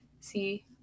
see